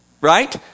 right